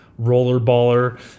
rollerballer